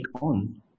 on